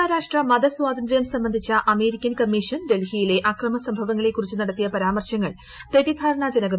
അന്താരാഷ്ട്ര മ്മ്ത്സ്വാതന്ത്ര്യം സംബന്ധിച്ച അമേരിക്കൻ ക്ലൂമ്മീഷൻ ഡൽഹിയിലെ അക്രമ സംഭവങ്ങളെക്ക്ുറിച്ച് നടത്തിയ പരാമർശങ്ങൾ തെറ്റിദ്ധാരണാജനകമെന്ന്ഇന്ത്യ